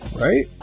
Right